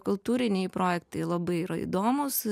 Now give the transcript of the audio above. kultūriniai projektai labai yra įdomūs